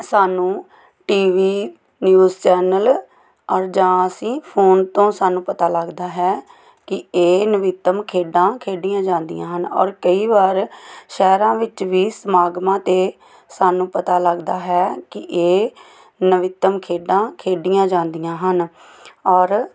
ਸਾਨੂੰ TV news channel ਔਰ ਜਾਂ ਅਸੀਂ ਫੋਨ ਤੋਂ ਸਾਨੂੰ ਪਤਾ ਲੱਗਦਾ ਹੈ ਕਿ ਇਹ ਨਵੀਨਤਮ ਖੇਡਾਂ ਖੇਡੀਆਂ ਜਾਂਦੀਆਂ ਹਨ ਔਰ ਕਈ ਵਾਰ ਸ਼ਹਿਰਾਂ ਵਿੱਚ ਵੀ ਸਮਾਗਮਾਂ 'ਤੇ ਸਾਨੂੰ ਪਤਾ ਲੱਗਦਾ ਹੈ ਕਿ ਇਹ ਨਵੀਨਤਮ ਖੇਡਾਂ ਖੇਡੀਆਂ ਜਾਂਦੀਆਂ ਹਨ ਔਰ